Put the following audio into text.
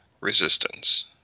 Resistance